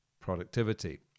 productivity